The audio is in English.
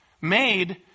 made